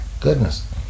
goodness